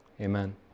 Amen